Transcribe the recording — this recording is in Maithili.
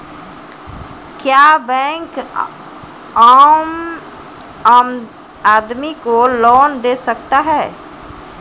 क्या बैंक आम आदमी को लोन दे सकता हैं?